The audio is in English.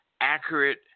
accurate